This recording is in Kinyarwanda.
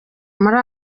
muri